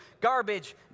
garbage